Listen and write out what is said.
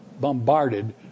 bombarded